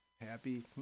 happy